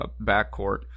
backcourt